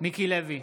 מיקי לוי,